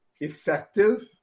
effective